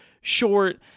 short